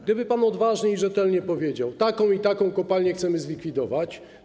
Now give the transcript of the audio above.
Gdyby pan odważnie i rzetelnie powiedział: taką i taką kopalnię chcemy zlikwidować.